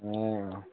ए अँ